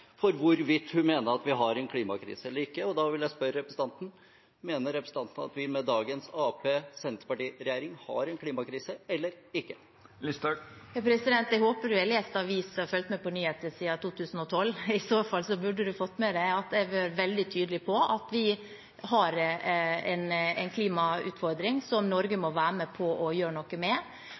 en klimakrise eller ikke. Da vil jeg spørre representanten: Mener hun at vi med dagens Arbeiderparti–Senterparti-regjering har en klimakrise, eller ikke? Jeg håper representanten har lest aviser og fulgt med på nyhetene siden 2012. I så fall burde han ha fått med seg at jeg har vært veldig tydelig på at vi har en klimautfordring som Norge må være med på å gjøre noe med.